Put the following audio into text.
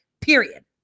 Period